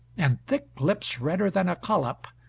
and thick lips redder than a collop,